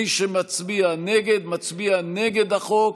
מי שמצביע נגד, מצביע נגד החוק